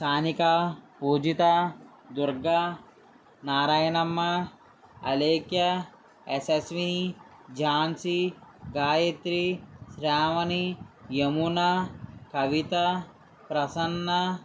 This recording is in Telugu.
సానికా పూజితా దుర్గా నారాయణమ్మ అలేఖ్య యశస్వినీ ఝాన్సీ గాయత్రి శ్రావణి యమున కవిత ప్రసన్నా